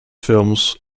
films